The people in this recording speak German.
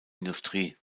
industrie